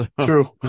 true